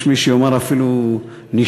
יש מי שיאמר, אפילו נישתי,